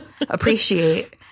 appreciate